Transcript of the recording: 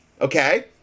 Okay